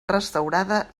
restaurada